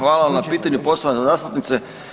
Hvala vam na pitanju, poštovana zastupnice.